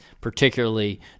particularly